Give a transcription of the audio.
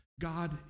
God